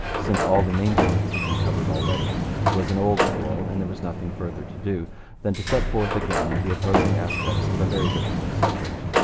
since all the main points had been covered already. it was an old quarrel, and there was nothing further to do than to set forth again the opposing aspects of a very difficult subject.